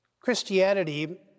Christianity